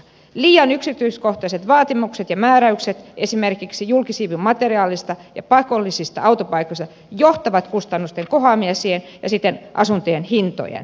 liian yksityiskohtaiset vaatimukset ja määräykset esimerkiksi julkisivumateriaalista ja pakollisista autopaikoista johtavat kustannusten kohoamiseen ja siten asuntojen hintojen kohoamiseen myös